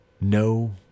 no